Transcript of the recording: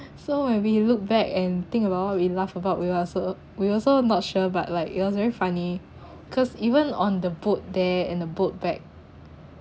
so when we look back and think about what we laugh about we also we also not sure but like it was very funny cause even on the boat there and the boat back